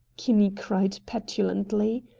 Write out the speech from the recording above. kinney cried petulantly.